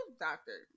doctor